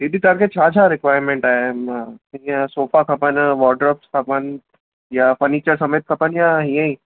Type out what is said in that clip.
दीदी तव्हांखे छा छा रिक्वारयमेंट आहे ईअं सोफ़ा खपनि वॉर्डरोब खपनि या फर्नीचर समेत खपनि या हीअं ई